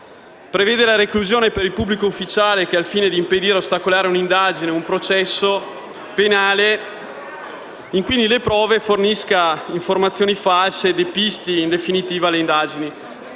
prevede la reclusione per il pubblico ufficiale che, al fine di impedire o ostacolare un'indagine o un processo penale, inquini le prove, fornisca informazioni false e depisti in definitiva le indagini.